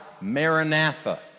Maranatha